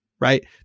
Right